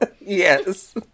yes